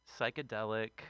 psychedelic